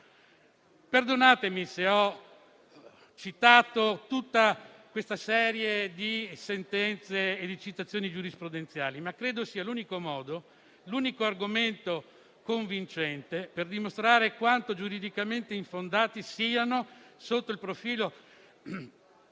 Perdonatemi se ho citato tutta questa serie di sentenze e di citazioni giurisprudenziali, ma credo sia l'unico modo, l'unico argomento convincente per dimostrare quanto giuridicamente infondati siano, sotto questo profilo,